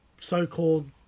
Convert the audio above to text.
so-called